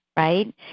Right